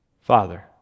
Father